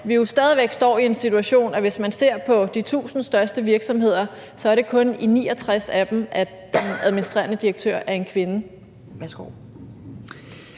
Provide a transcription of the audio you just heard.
vi jo stadig væk står i en situation, hvor det, hvis man ser på de 1.000 største virksomheder, kun er i 69 af dem, at den administrerende direktør er en kvinde?